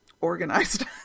organized